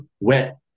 wet